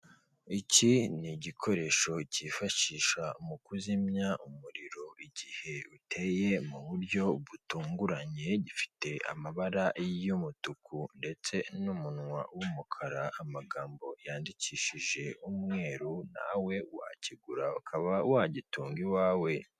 Iki ni igikoresho kifashisha mu kuzimya umuriro igihe uteye mu buryo butunguranye gifite amabara y'umutuku ndetse n'umunwa w'umukara, amagambo yandikishije umweru nawe wakigura ukaba wagitunga iwawe.